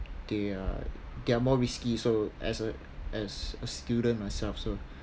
they are they're more risky so as a as a student myself so